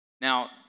Now